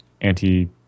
anti